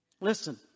Listen